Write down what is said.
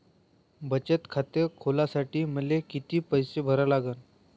बचत खात खोलासाठी मले किती पैसे भरा लागन?